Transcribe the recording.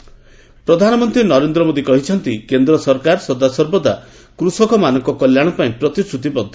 Modi Gujarat visit ପ୍ରଧାନମନ୍ତ୍ରୀ ନରେନ୍ଦ୍ର ମୋଦୀ କହିଛନ୍ତି କେନ୍ଦ୍ର ସରକାର ସଦାସର୍ବଦା କୃଷକମାନଙ୍କ କଲ୍ୟାଣ ପାଇଁ ପ୍ରତିଶ୍ରତିବଦ୍ଧ